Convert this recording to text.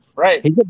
Right